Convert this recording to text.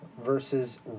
Versus